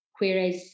Whereas